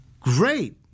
Great